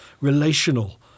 relational